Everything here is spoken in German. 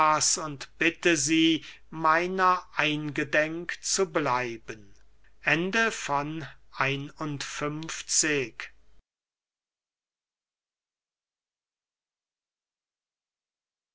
und bitte sie meiner eingedenk zu bleiben